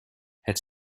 het